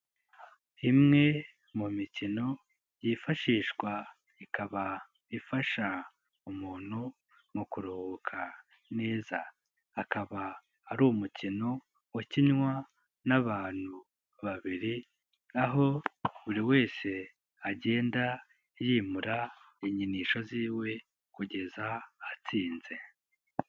Imwe mu mikino yifashishwa, ikaba ifasha umuntu mu kuruhuka neza, akaba ari umukino wakinwa n'abantu babiri, aho buri wese agenda yimura inkinisho z'iwe, kugeza atsinze.